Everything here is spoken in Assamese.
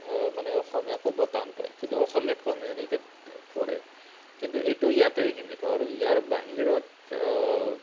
মানে অসমীয়া ক'ব টান পাই কিন্তু অসমীয়াত কমিউনিকেত কৰে কিন্তু এইটো ইয়াতেই সীমিত আৰু ইয়াৰ বাহিৰত